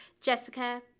Jessica